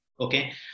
Okay